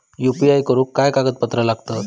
UPI करुक काय कागदपत्रा लागतत?